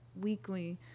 weekly